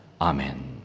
Amen